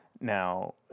now